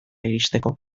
iristeko